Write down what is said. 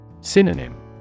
Synonym